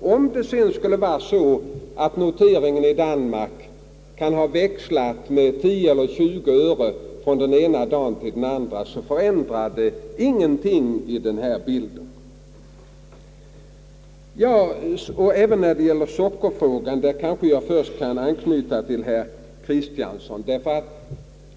Om det sedan skulle vara så att noteringen i Danmark kan ha växlat med 10 eller 20 öre från den ena dagen till den andra, så förändrar det ingenting i helhetsbilden. I sockerfrågan kanske jag först skall anknyta till vad herr Kristiansson sade.